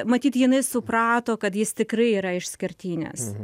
matyt jinai suprato kad jis tikrai yra išskirtinis